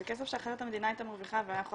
זה כסף שאחרת המדינה הייתה מרוויחה והיה יכול